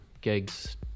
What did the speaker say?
gigs